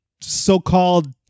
so-called